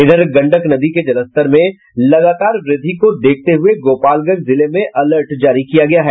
उधर गंडक नदी के जलस्तर में लगातार वृद्धि देखते हुये गोपालगंज जिले में अलर्ट जारी किया गया हैं